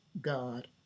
God